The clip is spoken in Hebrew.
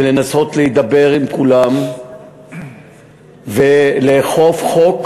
ולנסות להידבר עם כולם ולאכוף חוק.